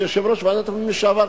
כיושב-ראש ועדת הפנים לשעבר,